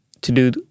to-do